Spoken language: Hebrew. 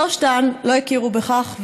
שלושתן לא הכירו בכך,